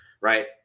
right